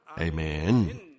Amen